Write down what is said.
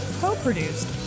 co-produced